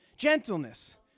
Gentleness